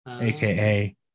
AKA